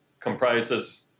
comprises